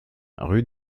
rue